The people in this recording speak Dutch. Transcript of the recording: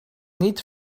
niet